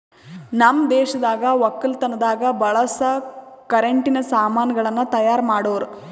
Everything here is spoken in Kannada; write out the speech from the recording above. ನಮ್ ದೇಶದಾಗ್ ವಕ್ಕಲತನದಾಗ್ ಬಳಸ ಕರೆಂಟಿನ ಸಾಮಾನ್ ಗಳನ್ನ್ ತೈಯಾರ್ ಮಾಡೋರ್